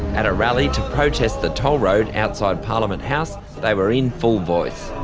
at a rally to protest the toll road outside parliament house, they were in full voice.